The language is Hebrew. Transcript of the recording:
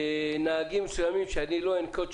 נהגים מסוימים שאני לא אפרט,